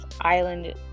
island